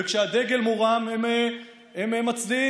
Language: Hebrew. וכשהדגל מורם הם מצדיעים.